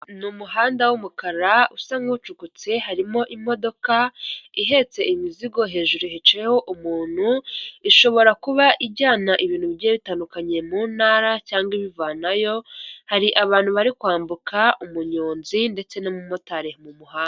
Ni umuhanda w'umukara usa nk'ucukutse harimo imodoka ihetse imizigo hejuru hicayeho umuntu ishobora kuba ijyana ibintu bigiye bitandukanye mu ntara cyangwa ibivanayo; hari abantu bari kwambuka umunyonzi ndetse n'umumotari mu muhanda.